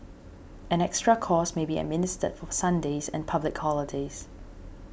an extra cost may be administered for Sundays and public holidays